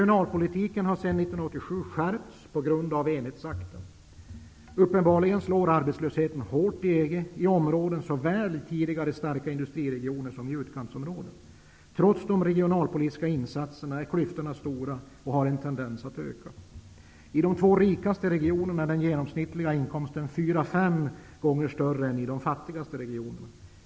År 1987 Uppenbarligen slår arbetslösheten hårt i EG området -- så väl i tidigare starka industriregioner som i utkantsområden. Trots de regionalpolitiska insatserna är klyftorna stora och har en tendens att bli större. I de två rikaste regionerna är den genomsnittliga inkomsten fyra fem gånger större än i de fattigaste regionerna.